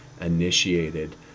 initiated